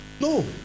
No